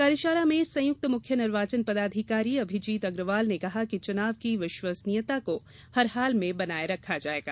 कार्यशाला में संयुक्त मुख्य निर्वाचन पदाधिकारी अभिजीत अग्रवाल ने कहा कि चुनाव की विश्वसनीयता को हर हाल में बनाये रखा जायेगा